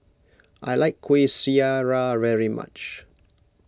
I like Kueh Syara very much